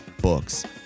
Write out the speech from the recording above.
books